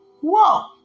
Whoa